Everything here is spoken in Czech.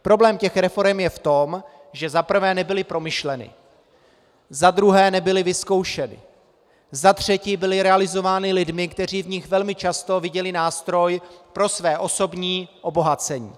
Problém těchto reforem je v tom, že za prvé nebyly promyšleny, za druhé nebyly vyzkoušeny, za třetí byly realizovány lidmi, kteří v nich velmi často viděli nástroj po své osobní obohacení.